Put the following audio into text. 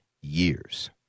years